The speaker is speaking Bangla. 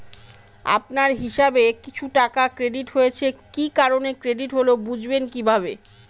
আপনার হিসাব এ কিছু টাকা ক্রেডিট হয়েছে কি কারণে ক্রেডিট হল বুঝবেন কিভাবে?